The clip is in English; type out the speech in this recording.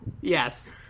Yes